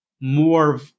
more